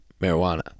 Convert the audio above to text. marijuana